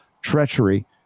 treachery